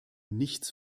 nichts